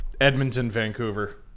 Edmonton-Vancouver